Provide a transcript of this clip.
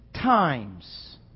times